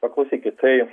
paklausykit tai